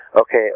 Okay